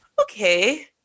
Okay